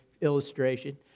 illustration